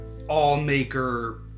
Allmaker